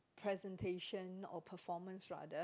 presentation or performance rather